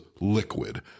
liquid